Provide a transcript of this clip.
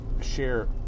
share